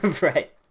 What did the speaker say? Right